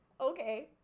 Okay